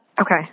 Okay